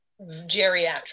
geriatric